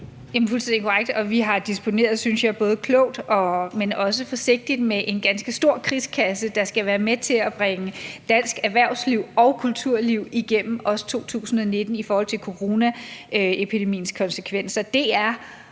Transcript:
fuldstændig korrekt. Og vi har disponeret både klogt, synes jeg, men også forsigtigt med en ganske stor krigskasse, der skal være med til at bringe dansk erhvervsliv og kulturliv igennem også 2019 i forhold til coronaepidemiens konsekvenser.